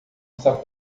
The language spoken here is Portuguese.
essa